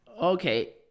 Okay